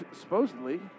supposedly